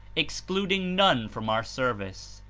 excluding none from our service.